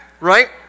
right